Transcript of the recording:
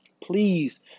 Please